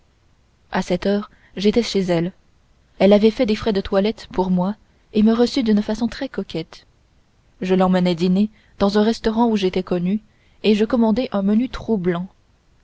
a sept heures j'étais chez elle elle avait fait des frais de toilette pour moi et me reçut d'une façon très coquette je l'emmenai dîner dans un restaurant où j'étais connu et je commandai un menu